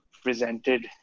presented